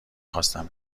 خواستم